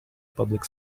public